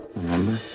remember